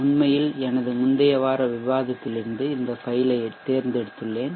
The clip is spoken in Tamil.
உண்மையில் எனது முந்தைய வார விவாதத்திலிருந்து இந்தக் ஃபைல் ஐ தேர்ந்தெடுத்துள்ளேன்